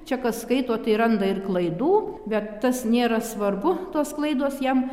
čia kas skaito tai randa ir klaidų bet tas nėra svarbu tos klaidos jam